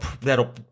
that'll